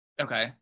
Okay